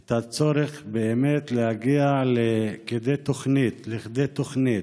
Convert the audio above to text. את הצורך באמת להגיע לכדי תוכנית